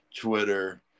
Twitter